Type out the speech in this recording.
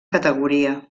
categoria